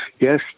yes